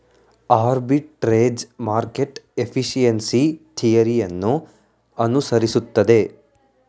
arbitrage market efficiency theory ಅನ್ನು ಅನುಸರಿಸುತ್ತದೆ